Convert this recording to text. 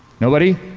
nobody?